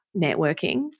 networking